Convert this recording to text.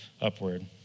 upward